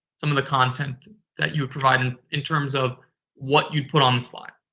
some of the content that you provide and in terms of what you'd put on the slide.